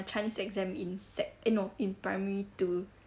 chinese exam in sec eh no in primary two